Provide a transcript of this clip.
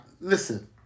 Listen